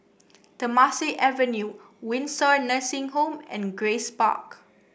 Temasek Avenue Windsor Nursing Home and Grace Park